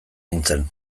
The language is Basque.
nintzen